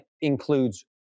includes